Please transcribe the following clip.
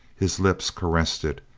his lips ca ressed it,